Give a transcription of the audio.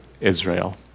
Israel